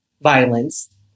violence